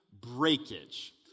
Breakage